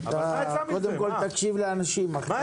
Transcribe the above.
17:05.